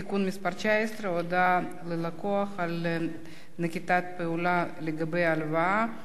(תיקון מס' 19) (הודעה ללקוח על נקיטת פעולה לגבי הלוואה),